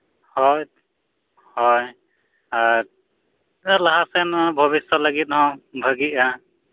ᱦᱳᱭ ᱦᱳᱭ ᱟᱨ ᱞᱟᱦᱟᱥᱮᱱ ᱦᱚᱸ ᱵᱷᱚᱵᱤᱥᱚ ᱞᱟᱹᱜᱤᱫᱦᱚᱸ ᱵᱷᱟᱹᱜᱤᱜᱼᱟ